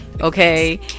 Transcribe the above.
Okay